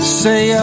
say